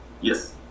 Yes